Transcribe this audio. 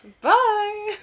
Bye